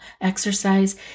exercise